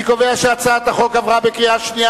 אני קובע שהצעת החוק עברה בקריאה שנייה.